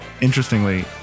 Interestingly